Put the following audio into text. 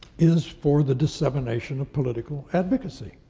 is for the dissemination of political advocacy.